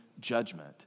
judgment